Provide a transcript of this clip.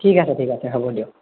ঠিক আছে ঠিক আছে হ'ব দিয়ক